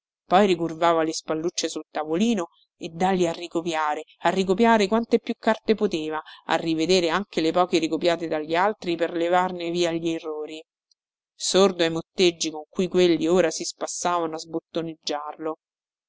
poi ricurvava le spallucce sul tavolino e dalli a ricopiare a ricopiare quante più carte poteva a rivedere anche le poche ricopiate dagli altri per levarne via gli errori sordo ai motteggi con cui quelli ora si spassavano